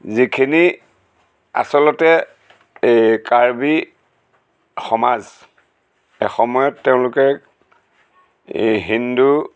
যিখিনি আচলতে এই কাৰ্বি সমাজ এই সময়ত তেওঁলোকে এই হিন্দু